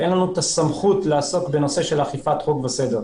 אין לנו את הסמכות לעסוק בנושא של אכיפת חוק וסדר.